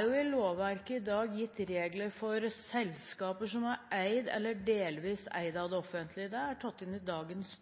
I lovverket i dag er det gitt regler for selskaper som er eid eller delvis eid av det offentlige, det er tatt inn i dagens